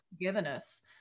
togetherness